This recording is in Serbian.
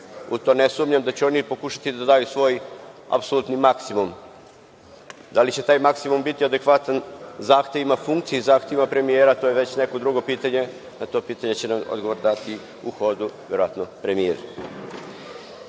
U to ne sumnjam da će oni pokušati da daju svoj apsolutni maksimum. Da li će taj maksimum biti adekvatan zahtevima funkcije i zahtevima premijera, to je već neko drugo pitanje, a na to pitanje će nam odgovor dati u hodu verovatno premijer. Prema